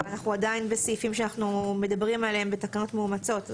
אבל אנחנו עדיין בסעיפים שאנחנו מדברים עליהם בתקנות מאומצות.